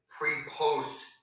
pre-post